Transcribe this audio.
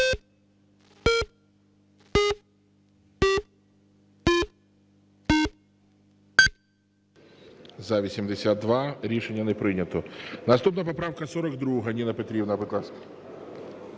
За-82 Рішення не прийнято. Наступна поправка 42. Ніна Петрівна, будь ласка.